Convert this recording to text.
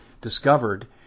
discovered